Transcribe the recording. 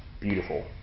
Beautiful